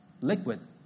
liquid